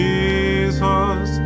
Jesus